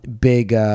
Big